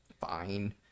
fine